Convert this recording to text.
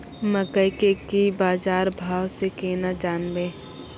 मकई के की बाजार भाव से केना जानवे?